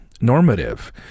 normative